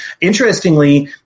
Interestingly